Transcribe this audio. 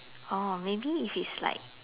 orh maybe if it's like